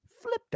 flipped